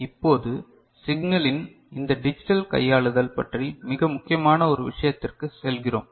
இப்போது சிக்னலின் இந்த டிஜிட்டல் கையாளுதல் பற்றி மிக முக்கியமான ஒரு விஷயத்திற்கு செல்கிறோம்